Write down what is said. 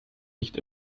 nicht